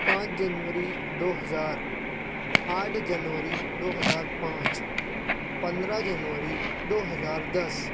پانچ جنوری دو ہزار آٹھ جنوری دو ہزار پانچ پندرہ جنوری دو ہزار دس